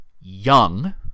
young